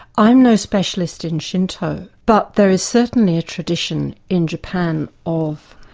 i'm no specialist in shinto, but there is certainly a tradition in japan of